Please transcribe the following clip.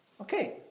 Okay